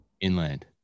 Inland